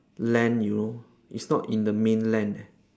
land you know it's not in the mainland leh